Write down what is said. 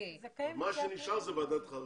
ומה שנשאר זה ועדת חריגים?